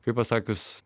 kaip pasakius